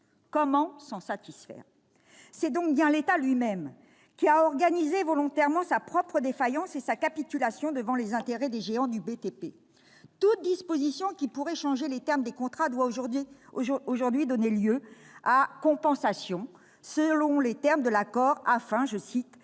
Comment s'en satisfaire ? C'est donc bien l'État lui-même qui a organisé volontairement sa propre défaillance et sa capitulation devant les intérêts des géants du BTP. Toute disposition qui pourrait changer les termes des contrats doit aujourd'hui donner lieu à compensation, selon les termes de l'accord, afin «